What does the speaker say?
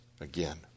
again